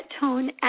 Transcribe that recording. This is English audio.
tone